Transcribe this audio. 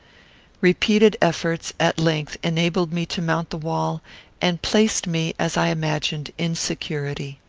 repeated efforts at length enabled me to mount the wall and placed me, as i imagined, in security.